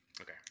okay